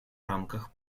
рамках